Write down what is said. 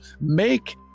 make